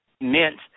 meant